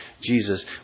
Jesus